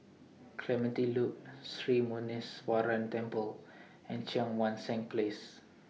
Clementi Loop Sri Muneeswaran Temple and Cheang Wan Seng Place